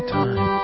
time